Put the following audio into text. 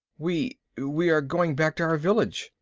we we are going back to our village,